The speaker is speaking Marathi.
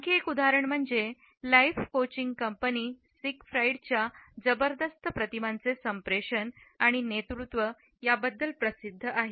आणखी एक उदाहरण म्हणजे लाइफ कोचिंग कंपनी सीगफ्रायडच्या जबरदस्त प्रतिमांचे संप्रेषण आणि नेतृत्व याबद्दल प्रसिद्ध आहे